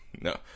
No